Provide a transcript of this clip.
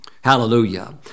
Hallelujah